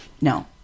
No